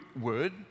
word